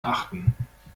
achten